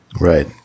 Right